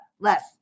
less